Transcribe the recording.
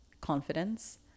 confidence